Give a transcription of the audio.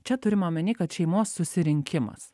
čia turima omeny kad šeimos susirinkimas